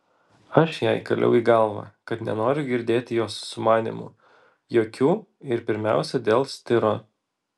aš jai kaliau į galvą kad nenoriu girdėt jos sumanymų jokių ir pirmiausia dėl stiro